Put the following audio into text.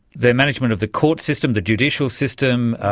their management of the court system, the judicial system,